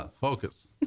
focus